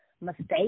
mistake